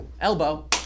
Elbow